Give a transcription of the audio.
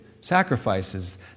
sacrifices